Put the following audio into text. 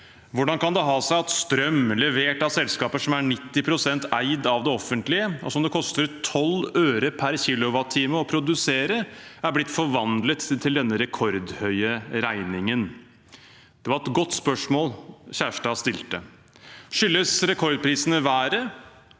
«Hvordan kan det ha seg at strøm, levert av selskaper som er 90 prosent eid av det offentlige, og som det koster 12 øre pr. kilowattime å produsere, er blitt forvandlet til denne rekordhøye regningen?» Det var et godt spørsmål Kjærstad stilte. Skyldes rekordprisene været,